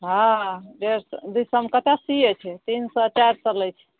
हाँ डेढ़ सए दू सए मे कतऽ सियैत छै तीन सए चारि सए लै छै